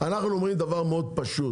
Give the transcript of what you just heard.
אנחנו אומרים דבר מאוד פשוט